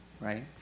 right